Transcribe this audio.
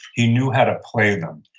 he knew how to play them.